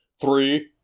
Three